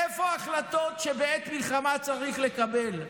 איפה ההחלטות שבעת מלחמה צריך לקבל?